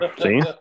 See